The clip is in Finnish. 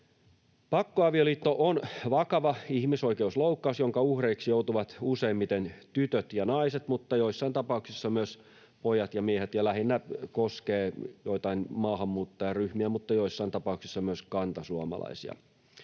Pakkoavioliitto on vakava ihmisoikeusloukkaus, jonka uhreiksi joutuvat useimmiten tytöt ja naiset mutta joissain tapauksissa myös pojat ja miehet. Se koskee lähinnä joitain maahanmuuttajaryhmiä mutta joissain tapauksissa myös kantasuomalaisia.